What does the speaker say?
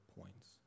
points